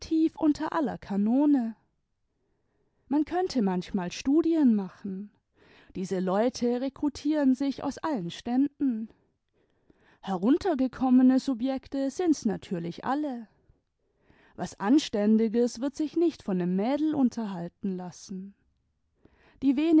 aller kanone man könnte manchmal studien machen diese leute rekrutieren sich aus allen ständen heruntergekommene subjekte sind's natürlich alle was anständiges wird sich nicht von nem mädel unterhalten lassen die